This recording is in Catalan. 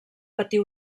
patir